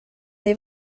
est